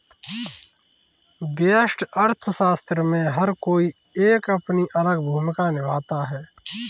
व्यष्टि अर्थशास्त्र में हर कोई एक अपनी अलग भूमिका निभाता है